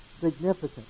significant